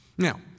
Now